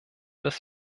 des